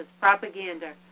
propaganda